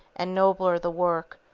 and nobler the work,